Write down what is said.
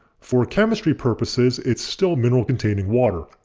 for chemistry purposes it's still mineral containing water.